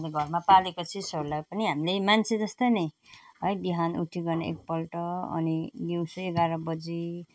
हामीले घरमा पालेको चिजहरूलाई पनि हामीले मान्छे जस्तो नै है बिहान उठीकन एक पल्ट अनि दिउँसो एघार बजी